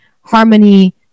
harmony